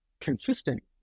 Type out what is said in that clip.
consistent